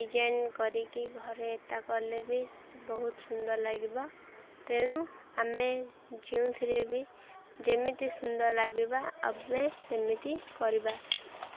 design କରିକି ଘରେ ଏତା କଲେ ବି ବହୁତ ସୁନ୍ଦର ଲାଗିବ ତେଣୁ ଆମେ ଯେଉଁଥିରେ ବି ଯେମିତି ସୁନ୍ଦର ଲାଗିବା ଆମେ ସେମିତି କରିବା